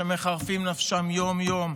שמחרפים את נפשם יום-יום,